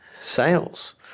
sales